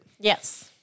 Yes